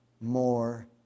more